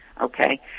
Okay